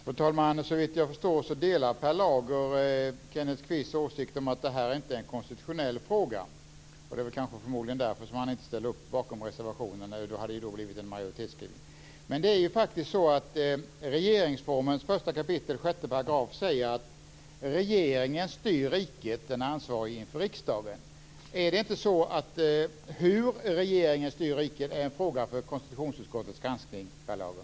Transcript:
Fru talman! Såvitt jag förstår delar Per Lager Kenneth Kvists åsikt om att det här inte är en konstitutionell fråga. Det är väl förmodligen därför han inte ställde upp bakom reservationen. Det hade ju då blivit en majoritetsskrivning. Men det är ju faktiskt så att regeringsformens 1 kap. 6 § säger att regeringen styr riket och är ansvarig inför riksdagen. Är det inte så att frågan om hur regeringen styr riket är en fråga för konstitutionsutskottets granskning, Per Lager?